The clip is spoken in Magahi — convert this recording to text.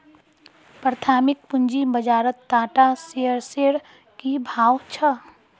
प्राथमिक पूंजी बाजारत टाटा शेयर्सेर की भाव छ